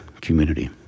community